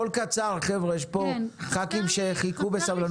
אבל בקצרה, חבר'ה, כי יש פה ח"כים שמחכים בסבלנות.